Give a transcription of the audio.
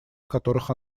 которых